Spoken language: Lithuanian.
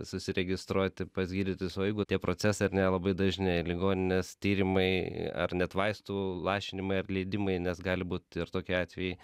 susiregistruoti pas gydytojus o jeigu tie procesai ar ne labai dažni ir ligoninės tyrimai ar net vaistų lašinimai ar leidimai nes gali būt ir tokie atvejai